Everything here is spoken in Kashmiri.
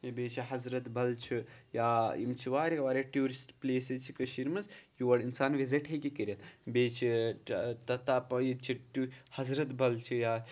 بیٚیہِ چھِ حضرت بل چھِ یا یِم چھِ واریاہ واریاہ ٹیوٗرِسٹ پٕلیسٕز چھِ کٔشیٖرِ منٛز یور اِنسان وِزِٹ ہیٚکہِ کٔرِتھ بیٚیہِ چھِ تتا پا ییٚتہِ چھِ حضرت بل چھِ یا